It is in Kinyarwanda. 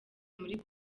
muri